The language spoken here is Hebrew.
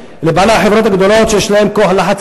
לבעלי החברות הגדולות שיש להם כוח לחץ,